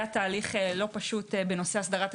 היה תהליך לא פשוט בנושא הסדרת התקציב.